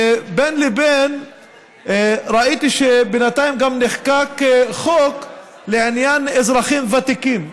ובין לבין ראיתי שבינתיים גם נחקק חוק לעניין אזרחים ותיקים,